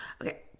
Okay